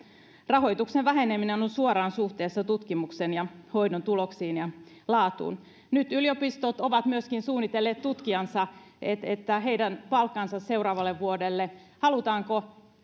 rahoituksen väheneminen on suoraan suhteessa tutkimuksen ja hoidon tuloksiin ja laatuun nyt yliopistot ovat myöskin suunnitelleet tutkijansa ja heidän palkkansa seuraavalle vuodelle halutaanko